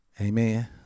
Amen